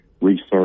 research